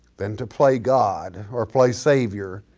than to play god or play savior,